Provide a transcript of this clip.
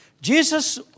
Jesus